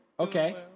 Okay